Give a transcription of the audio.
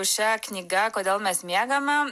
šia knyga kodėl mes miegame